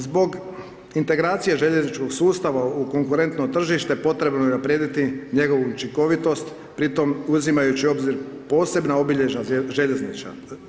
Zbog integracije željezničkog sustava u konkurentno tržište potrebno je unaprijediti njegovu učinkovitost pri tome uzimajući u obzir posebna obilježja željezništva.